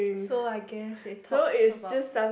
so I guess it talks about